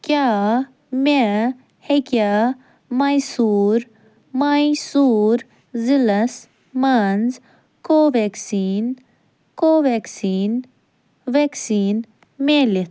کیٛاہ مےٚ ہیٚکیاہ مایسوٗر مایسوٗر ضلعس مَنٛز کوویٚکسیٖن کوویٚکسیٖن ویٚکسیٖن میلِتھ